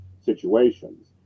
situations